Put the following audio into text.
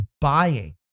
Buying